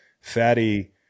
fatty